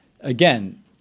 again